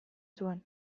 zuen